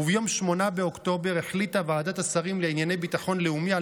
וביום 8 באוקטובר החליטה ועדת השרים לענייני ביטחון לאומי על